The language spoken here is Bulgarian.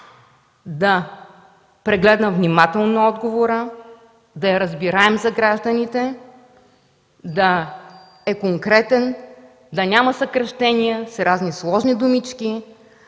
да прегледам внимателно отговора, да е разбираем за гражданите, да е конкретен, да няма съкращения с разни сложни думички.